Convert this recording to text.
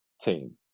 team